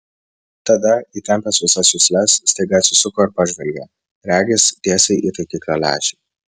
tada įtempęs visas jusles staiga atsisuko ir pažvelgė regis tiesiai į taikiklio lęšį